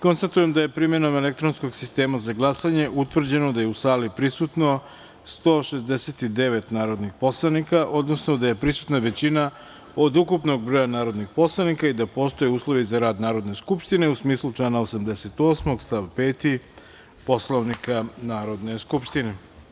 Konstatujem da je primenom elektronskog sistema za glasanje utvrđeno da je u sali prisutno 169 narodnih poslanika, odnosno da je prisutna većina od ukupnog broja narodnih poslanika i da postoje uslovi za rad Narodne skupštine u smislu člana 88. stav 5. Poslovnika Narodne skupštine.